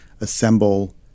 assemble